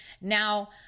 Now